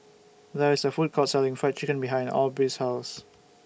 There IS A Food Court Selling Fried Chicken behind Aubree's House